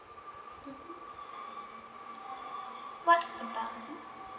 mmhmm what about mmhmm